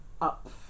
up